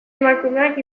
emakumeak